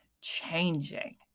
changing